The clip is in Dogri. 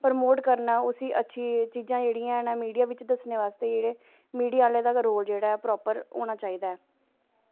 परमोट करना उस्सी अच्छी चीज़ां जेह्ड़ियां हैन मीडिया बिच्च दस्सने बास्तै मीडिया आह्लें दा गै रोल प्रापर होना चाहिदा ऐ